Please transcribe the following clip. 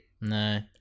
No